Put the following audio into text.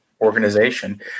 organization